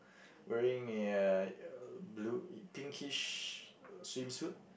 wearing a uh blue pinkish swim suit